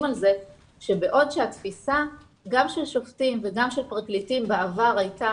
על כך שבעוד שהתפיסה גם של שופטים וגם של פרקליטים בעבר הייתה